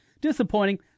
Disappointing